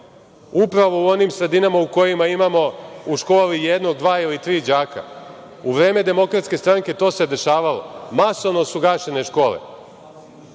upravo u onim sredinama u kojima imamo u školama jednog, dva ili tri đaka? U vreme Demokratske stranke to se dešavalo, masovno su gašene škole.